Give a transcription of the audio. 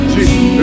Jesus